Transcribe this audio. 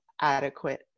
adequate